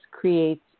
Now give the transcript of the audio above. creates